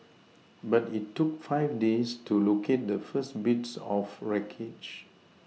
but it took five days to locate the first bits of wreckage